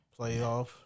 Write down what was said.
playoff